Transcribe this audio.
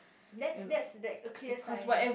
that's that's that a clear sign